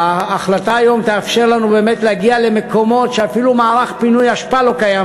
ההחלטה היום תאפשר לנו להגיע למקומות שאפילו מערך פינוי אשפה לא קיים